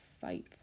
fight